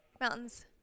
Mountains